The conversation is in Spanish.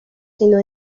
sino